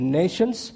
nations